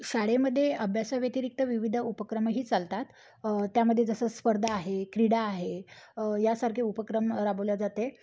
शाळेमध्ये अभ्यासाव्यतिरिक्त विविध उपक्रमही चालतात त्यामध्ये जसं स्पर्धा आहे क्रीडा आहे यासारखे उपक्रम राबवल्या जाते